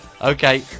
Okay